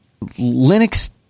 Linux